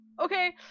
Okay